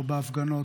לא בהפגנות,